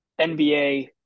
NBA